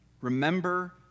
remember